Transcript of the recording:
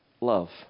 love